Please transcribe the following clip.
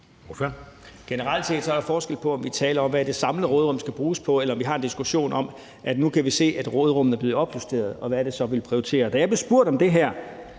Generelt set er der forskel på, om vi taler om, hvad det samlede råderum skal bruges på, eller om vi har en diskussion om, at vi nu kan se, at råderummet er blevet opjusteret, og hvad det så er, vi vil prioritere. Da jeg blev spurgt om det her,